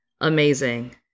Amazing